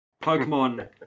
Pokemon